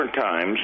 times